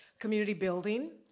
community building,